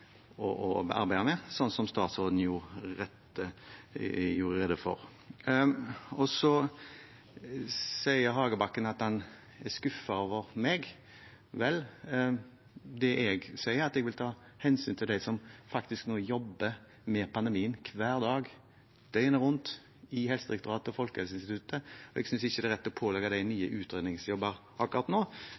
med, som statsråden gjorde rede for. Representanten Hagebakken sa at han er skuffet over meg. Vel, det jeg sier, er at jeg vil ta hensyn til dem som faktisk nå jobber med pandemien hver dag – døgnet rundt – i Helsedirektoratet og Folkehelseinstituttet. Jeg synes ikke det er rett å pålegge dem nye utredningsjobber akkurat nå.